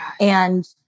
And-